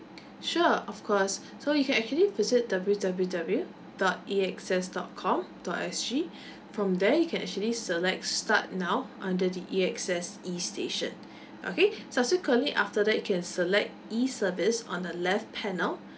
sure of course so you can actually visit W_W_W dot A_X_S dot com dot S_G from there you can actually select start now under the A_X_S e station okay subsequently after that you can select e service on the left panel